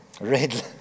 red